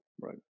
Right